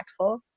impactful